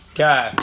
Okay